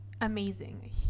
amazing